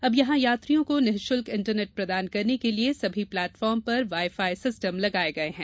अब यहां यात्रियों को निःशुल्क इंटरनेट प्रदान करने के लिये सभी प्लेटफार्म पर वाई फाई सिस्टम लगाये गये हैं